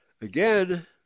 Again